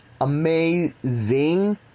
amazing